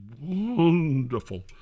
wonderful